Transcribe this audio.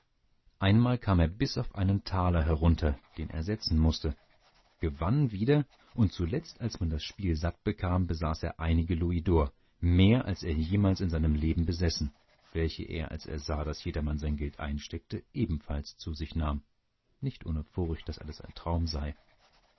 einmal kam er bis auf einen taler herunter den er setzen mußte gewann wieder und zuletzt als man das spiel satt bekam besaß er einige louisdors mehr als er jemals in seinem leben besessen welche er als er sah daß jedermann sein geld einsteckte ebenfalls zu sich nahm nicht ohne furcht daß alles ein traum sei